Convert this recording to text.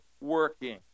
working